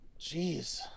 Jeez